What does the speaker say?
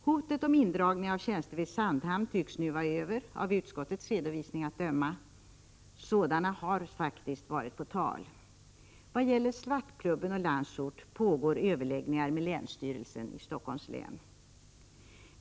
Hotet om indragning av tjänster vid Sandhamn tycks nu, av utskottets redovisning att döma, vara över. Sådana indragningar har faktiskt varit på tal. Vad gäller Svartklubben och Landsort pågår överläggningar med länsstyrelsen i Stockholms län.